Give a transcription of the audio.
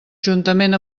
juntament